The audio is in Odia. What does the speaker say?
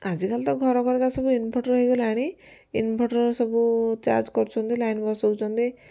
ଆଜିକାଲି ତ ଘର ଘରିକା ସବୁ ଇନଭର୍ଟର ହେଇଗଲାଣି ଇନଭର୍ଟର ସବୁ ଚାର୍ଜ କରୁଛନ୍ତି ଲାଇନ ବସଉଛନ୍ତି